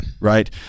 right